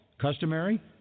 customary